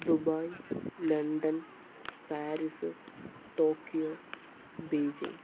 Dubai London Paris Tokyo Beijing